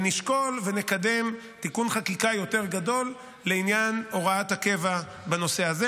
ונשקול ונקדם תיקון חקיקה יותר גדול לעניין הוראת הקבע בנושא הזה.